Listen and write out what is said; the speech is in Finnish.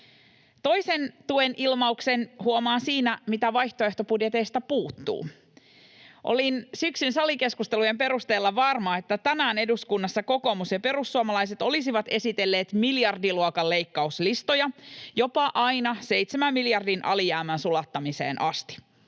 Toisen tuenilmauksen huomaa siinä, mitä vaihtoehtobudjeteista puuttuu. Olin syksyn salikeskustelujen perusteella varma, että tänään eduskunnassa kokoomus ja perussuomalaiset olisivat esitelleet miljardiluokan leikkauslistoja, jopa aina seitsemän miljardin alijäämän sulattamiseen asti.